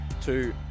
two